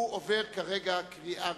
הוא עבר כרגע בקריאה ראשונה.